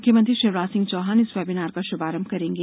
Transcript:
मुख्यमंत्री शिवराज सिंह चौहान इस वेबीनार का शुभारंभ करेंगे